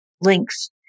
links